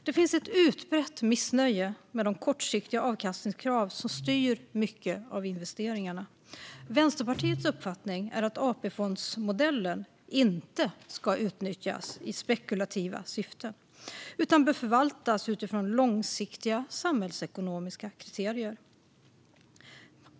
Det finns ett utbrett missnöje med de kortsiktiga avkastningskrav som styr mycket av investeringarna. Vänsterpartiets uppfattning är att AP-fondsmedlen inte ska utnyttjas i spekulativa syften utan bör förvaltas utifrån långsiktiga, samhällsekonomiska kriterier.